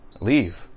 Leave